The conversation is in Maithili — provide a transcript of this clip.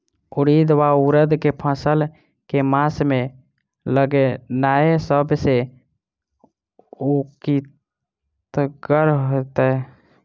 उड़ीद वा उड़द केँ फसल केँ मास मे लगेनाय सब सऽ उकीतगर हेतै?